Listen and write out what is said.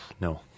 No